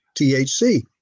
THC